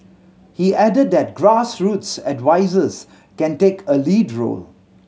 he added that grassroots advisers can take a lead role